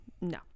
no